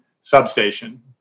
substation